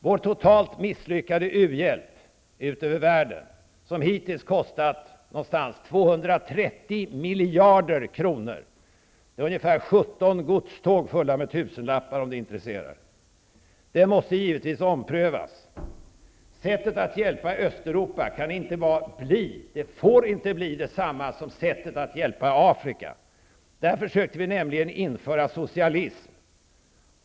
Vår totalt misslyckade u-hjälp ute i världen, som hittills kostat någonstans runt 230 miljarder kronor -- vilket motsvar ungefär 17 godståg fulla med tusenlappar, om den upplysningen intresserar --, måste givetvis omprövas. Sättet att hjälpa Östeuropa får inte bli detsamma som sättet att hjälpa Afrika. Där försökte vi nämligen införa socialism.